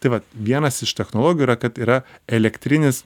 tai vat vienas iš technologų yra kad yra elektrinis